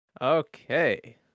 okay